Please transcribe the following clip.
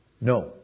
no